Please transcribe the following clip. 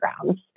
grounds